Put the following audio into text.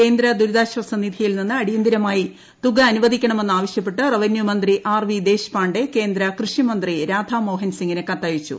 കേന്ദ്ര ദുരിതാശ്വാസ നിധിയിൽ നിന്ന് അടിയന്തിരമായി തുക അനുവദിക്കണമെന്ന് ആവശ്യപ്പെട്ട് റവന്യൂ മന്ത്രി ആർ വി ദേശ് പാണ്ഡെ കേന്ദ്ര കൃഷി മന്ത്രി രാധാ മോഹൻസിംഗിന് കത്തയച്ചു